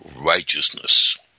righteousness